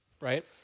right